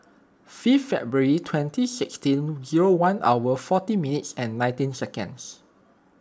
fifth February twenty sixteen zero one hour forty minutes and nineteen seconds